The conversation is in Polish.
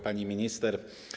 Pani Minister!